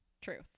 Truth